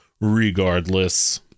regardless